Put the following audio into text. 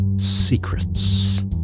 secrets